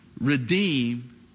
redeem